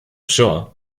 sure